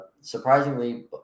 Surprisingly